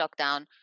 lockdown